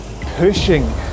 pushing